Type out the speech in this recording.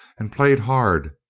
and played hard,